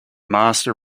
master